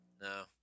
No